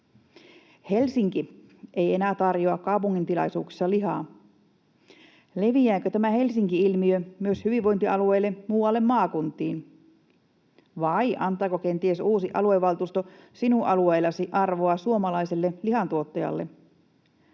Helsinki ei enää tarjoa kaupungin tilaisuuksissa lihaa. Leviääkö tämä Helsinki-ilmiö myös hyvinvointialueille muualle maakuntiin, vai antaako kenties uusi aluevaltuusto sinun alueellasi arvoa suomalaiselle lihantuottajalle?